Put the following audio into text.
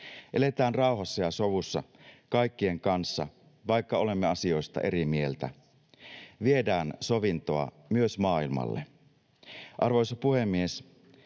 Eletään rauhassa ja sovussa kaikkien kanssa, vaikka olemme asioista eri mieltä. Viedään sovintoa myös maailmalle. Arvoisa puhemies!